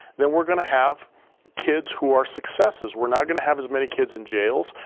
then we're gonna have kids who are successes. we're not gonna have as many kids in jails,